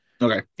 Okay